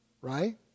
right